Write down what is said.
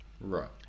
right